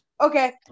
Okay